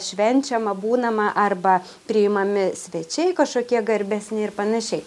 švenčiama būnama arba priimami svečiai kažkokie garbesni ir panašiai